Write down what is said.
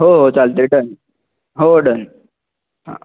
हो हो चालतं आहे डन हो डन हां